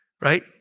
right